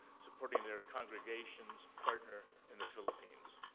supporting their congregation's partner in the philippines.